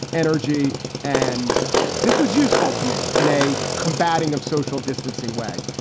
energy and this was useful to me in a combating of social distancing way.